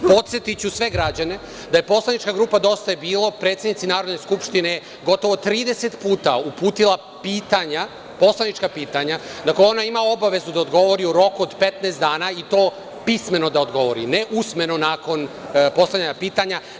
Podsetiću sve građane da je poslanička grupa Dosta je bilo predsednici Narodne skupštine gotovo trideset puta uputila pitanja, poslanička pitanja, na koja ona ima obavezu da odgovori u roku od 15 dana i to pismeno da odgovori, a ne usmeno nakon postavljanja pitanja.